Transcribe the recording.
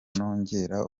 nongera